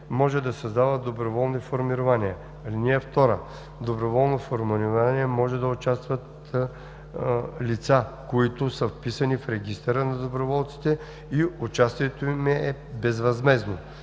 може да създава доброволни формирования. (2) В доброволно формирование може да участват лица, които са вписани в регистъра на доброволците и участието им е безвъзмездно.